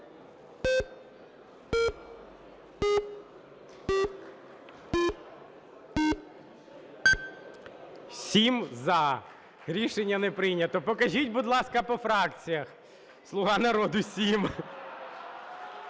За-7 Рішення не прийнято. Покажіть, будь ласка, по фракціях: "Слуга народу" -